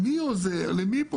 מי עוזר?